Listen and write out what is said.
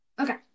Okay